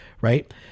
right